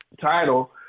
title